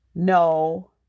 No